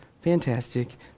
fantastic